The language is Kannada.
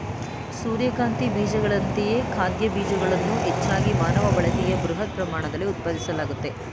ಸೂರ್ಯಕಾಂತಿ ಬೀಜಗಳಂತೆಯೇ ಖಾದ್ಯ ಬೀಜಗಳನ್ನು ಹೆಚ್ಚಾಗಿ ಮಾನವ ಬಳಕೆಗಾಗಿ ಬೃಹತ್ ಪ್ರಮಾಣದಲ್ಲಿ ಉತ್ಪಾದಿಸಲಾಗ್ತದೆ